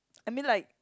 I mean like